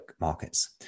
markets